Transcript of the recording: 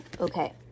Okay